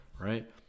right